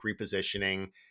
repositioning